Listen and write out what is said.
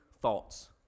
thoughts